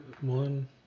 one